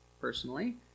personally